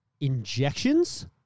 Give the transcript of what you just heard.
injections